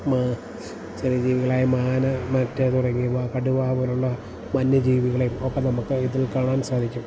ചെറിയ ജീവികളായ മാന് മറ്റ് തുടങ്ങിയവ കടുവ പോലുള്ള വന്യജീവികളെ ഒക്കെ നമുക്ക് ഇതിൽ കാണാൻ സാധിക്കും